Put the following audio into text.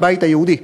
מהבית היהודי,